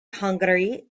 hungary